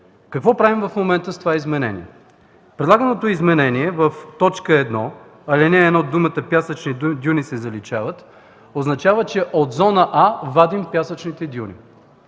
Какво правим в момента с това изменение? Предлаганото изменение „В т. 1, ал. 1 думите „пясъчни дюни” се заличават” означава, че от зона „А” вадим пясъчните дюни.